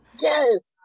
Yes